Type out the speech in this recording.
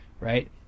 right